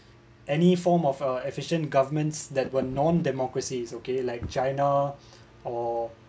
at any form of uh efficient governments that were non democracy is okay like china